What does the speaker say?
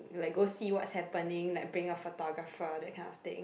like go see what's happening like bring a photographer that kind of thing